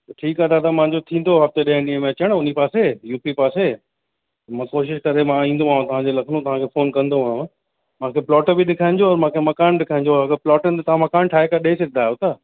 त ठीकु आहे दादा मांजो थींदो हफ़्ते ॾह ॾींहंनि में अचण हुन पासे यू पी पासे मां कोशिश करे मां ईंदोमांव तव्हांजे लखनऊ तव्हांखे फ़ोन कंदोमांव मांखे प्लोट बि ॾेखारिजो मांखे मकान ॾेखारिजो अगरि प्लोट ते मकान ठाहे करे ॾेई सघंदा आहियो न